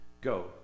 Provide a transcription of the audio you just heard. go